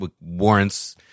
warrants